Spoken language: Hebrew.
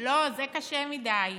לא, זה קשה מדי.